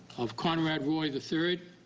of conrad roy the third